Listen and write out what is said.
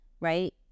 right